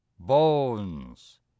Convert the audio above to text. bones